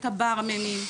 את הברמנים,